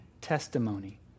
testimony